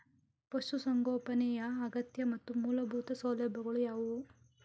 ಪಶುಸಂಗೋಪನೆಯ ಅಗತ್ಯ ಮತ್ತು ಮೂಲಭೂತ ಸೌಲಭ್ಯಗಳು ಯಾವುವು?